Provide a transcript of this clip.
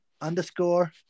underscore